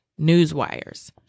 newswires